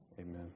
Amen